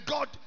God